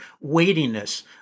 weightiness